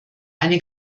eine